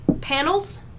panels